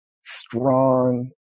strong